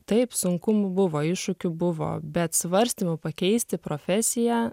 taip sunkumų buvo iššūkių buvo bet svarstymų pakeisti profesiją